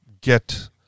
get